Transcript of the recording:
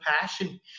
passion